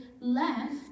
left